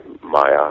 Maya